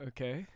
Okay